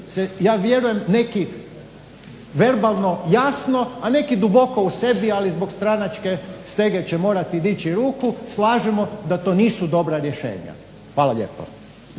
ja vjerujem neki verbalno jasno, a neki duboko u sebi ali zbog stranačke stege će morati dići ruku, slažemo da to nisu dobra rješenja. Hvala lijepo.